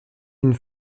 une